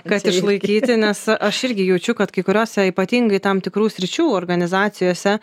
kad išlaikyti nes aš irgi jaučiu kad kai kuriose ypatingai tam tikrų sričių organizacijose